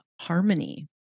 harmony